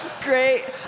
Great